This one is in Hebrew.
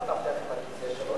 רצה להבטיח את הכיסא שלו,